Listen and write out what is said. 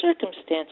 circumstances